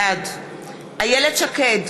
בעד איילת שקד,